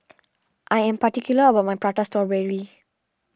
I am particular about my Prata Strawberry